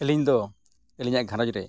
ᱟᱹᱞᱤᱧ ᱫᱚ ᱟᱹᱞᱤᱧᱟᱜ ᱜᱷᱟᱨᱚᱸᱡᱽ ᱨᱮ